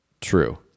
true